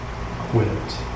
quit